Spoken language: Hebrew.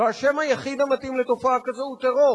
והשם המתאים היחיד לתופעה כזאת הוא טרור,